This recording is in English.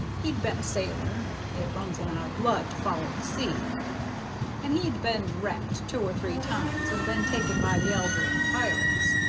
he'd been a sailor it runs in our blood to foller the sea and he'd been wrecked two or three times and been taken by the algerine pirates.